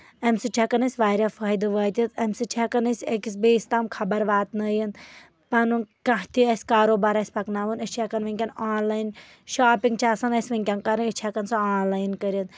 اَمہِ سۭتۍ چُھ ہٮ۪کان اَسہِ واریاہ فٲیدٕ وٲتِتھ اَمہِ سۭتۍ چھِ ہٮ۪کان أسۍ أکِس بیٚیِس تام خبر وٲتنٲیِتھ پَنُن کانٛہہ تہِ اسہِ کاروٗبار آسہِ پَکناوُن أسۍ چھِ ہٮ۪کان آنلاین شاپِنٛگ چھِ آسان ؤنٛکیٚن کَرٕنۍ أسۍ چھِ ہٮ۪کان سۄ آنلاین کٔرِتھ